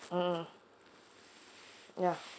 mm yeah